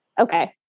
okay